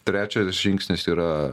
trečias žingsnis yra